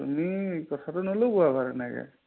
তুমি কথাটো নুলুকুৱাবা তেনেকৈ